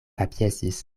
kapjesis